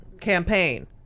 campaign